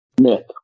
Myth